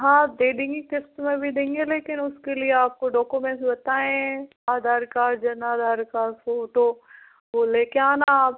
हाँ दे देंगे किश्त में भी दे देंगे लेकिन उसके लिए आपको डॉक्युमेंट्स बताएँ Aadhaar card Jan Aadhaar card photo वो लेकर आना आप